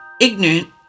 ignorant